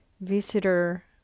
visitor